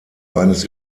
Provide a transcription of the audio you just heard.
eines